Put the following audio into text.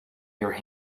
your